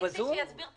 להתערב בין